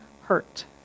hurt